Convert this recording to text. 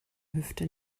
hüfte